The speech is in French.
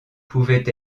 pouvait